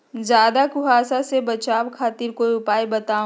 ज्यादा कुहासा से बचाव खातिर कोई उपाय बताऊ?